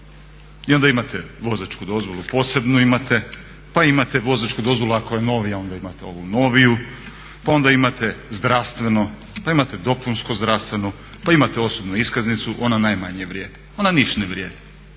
I onda imate vozačku dozvolu posebno imate, pa imate vozačku dozvolu ako je novija onda imate ovu noviju, pa onda imate zdravstveno, pa imate dopunsku zdravstvenu, pa imate osobnu iskaznicu. Ona najmanje vrijedi, ona ništa ne vrijedi.